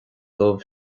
dubh